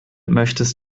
möchtest